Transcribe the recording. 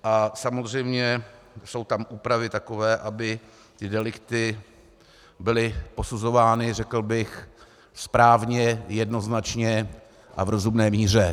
A samozřejmě jsou tam úpravy takové, aby ty delikty byly posuzovány, řekl bych, správně, jednoznačně a v rozumné míře.